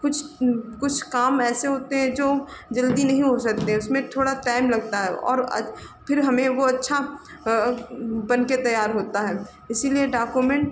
कुछ कुछ काम ऐसे होते हैं जो जल्दी नहीं हो सकते उसमें थोड़ा टाइम लगता है और अच फिर हमें वह अच्छा बनकर तैयार होता है इसीलिए डॉक्यूमेन्ट